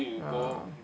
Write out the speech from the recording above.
uh